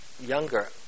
younger